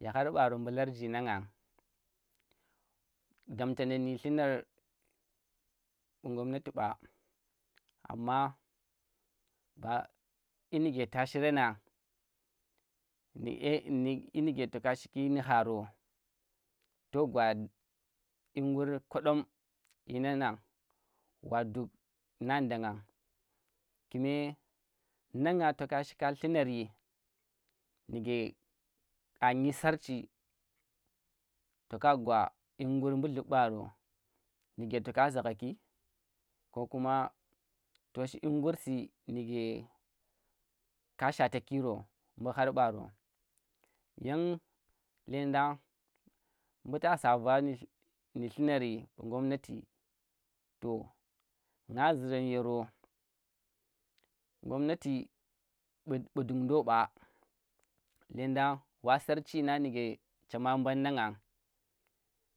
Ye har baro mbu larji nang damtana nyi luna bu shinan gomnati ɓa amma dyi nike ta shiranang, nu dyi nike to ka shiki nu̱ haro to qwa dyingur koɗom dyinang wa duk ngandangan kume nangan to kashi llunari nike anyi sarchi toka gwa dyi ngur mbu llibɓaro nike toka saghaki ko kuma to shi yingur si nu̱ ka ka shwataki ro mbu har baro yan legndang mbu ta sa vaa nu llinari mbu gomnati to nga zuran yoro gomnati bu dundo ba legndan wa sarchi na nike chema mban nangna,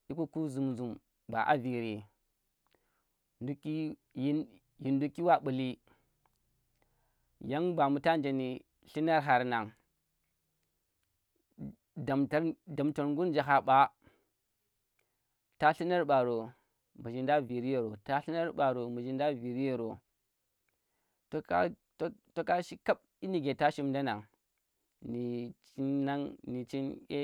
ikuku zum zum ba viri dukki yin dukki wa mbult yan ba mbu ta nje ndi llunar har nang damtar damtar ngur nje khaa mɓaa ta llunar ɓaro mudzin nda a viri yaro, ta llunar ɓaro mudzhindi a viri yoro to ka tok taka shi kab yin nike ta shimdannag nu chin nang nu chin a